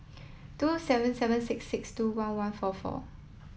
two seven seven six six two one one four four